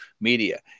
media